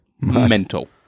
Mental